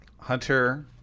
Hunter